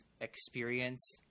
experience